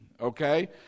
okay